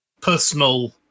personal